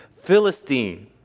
Philistine